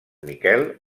miquel